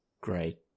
great